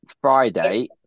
Friday